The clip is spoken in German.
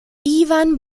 iwan